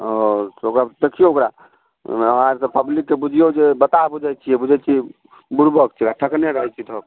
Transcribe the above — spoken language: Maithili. आओर तऽ ओकरा देखियौ ओकरा अहाँ आर सभ पब्लिकके बुझियौ जे बताह बुझैत छियै बुझैत छियै बुड़बक छै आ ठकने रहैत छियै सभ